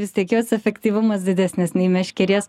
vis tiek jos efektyvumas didesnis nei meškerės